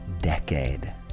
decade